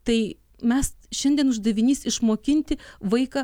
tai mes šiandien uždavinys išmokinti vaiką